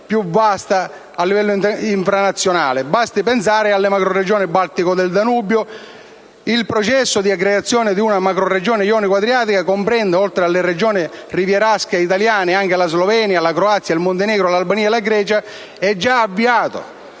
Il processo di aggregazione di una macroregione jonico-adriatica che comprenda, oltre a tutte le regioni rivierasche italiane, anche la Slovenia, la Croazia, il Montenegro, l'Albania e la Grecia, è già avviato.